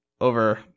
over